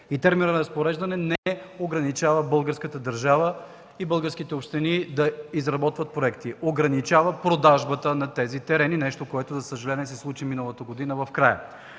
терминът „разпореждане” не ограничава българската държава и българските общини да изработват проекти. Ограничава продажбата на тези терени – нещо, което, за съжаление, се случи в края